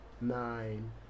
nine